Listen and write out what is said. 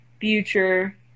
Future